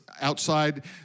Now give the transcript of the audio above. outside